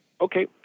Okay